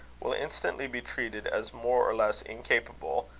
will instantly be treated as more or less incapable,